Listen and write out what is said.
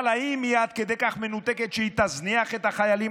אבל האם היא עד כדי כך מנותקת שהיא תזניח את החיילים